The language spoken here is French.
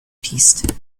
piste